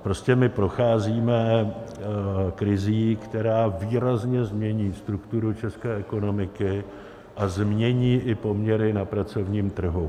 Prostě my procházíme krizí, která výrazně změní strukturu české ekonomiky a změní i poměry na pracovním trhu.